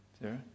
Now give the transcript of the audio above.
Sarah